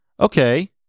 Okay